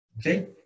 Okay